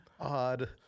Odd